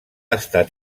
estat